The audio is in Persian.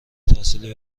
تحصیلی